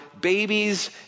babies